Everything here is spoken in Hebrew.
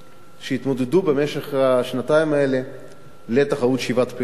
שהתמודדו במשך השנתיים האלה בתחרות שבעת פלאי עולם.